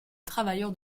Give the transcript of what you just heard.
travailleurs